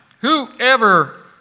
whoever